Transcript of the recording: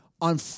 on